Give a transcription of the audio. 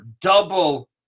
double